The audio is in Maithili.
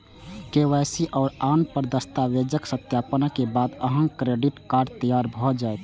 के.वाई.सी आ आन दस्तावेजक सत्यापनक बाद अहांक क्रेडिट कार्ड तैयार भए जायत